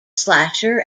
slasher